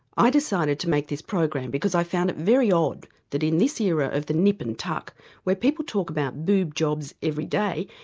i decided to make this program because i found it very odd that in this era of the nip and tuck where people talk about boob jobs every day,